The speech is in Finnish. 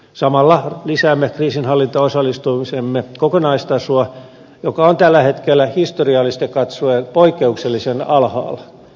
samalla lisäämme kriisinhallintaosallistumisemme kokonaistasoa joka on tällä hetkellä historiallisesti katsoen poikkeuksellisen alhaalla